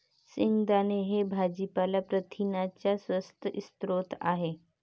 शेंगदाणे हे भाजीपाला प्रथिनांचा स्वस्त स्रोत आहे